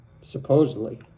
supposedly